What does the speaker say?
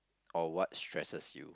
or what stresses you